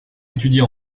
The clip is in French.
étudier